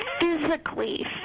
physically